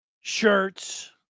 Shirts